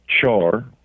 char